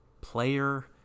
player